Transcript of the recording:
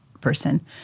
person